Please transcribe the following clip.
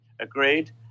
agreed